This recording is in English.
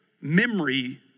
memory